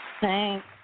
Thanks